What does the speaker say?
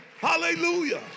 Hallelujah